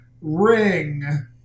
ring